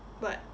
but